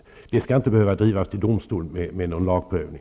Den här frågan skall inte behöva drivas till domstol för att det skall bli en lagprövning.